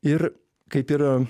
ir kaip yra